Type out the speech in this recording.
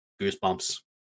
goosebumps